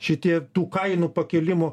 šitie tų kainų pakilimo